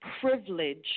privilege